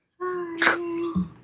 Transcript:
Hi